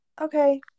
okay